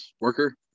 worker